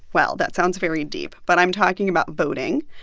well, that sounds very deep, but i'm talking about voting.